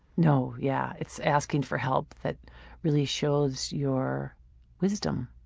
no, yeah, it's asking for help that really shows your wisdom.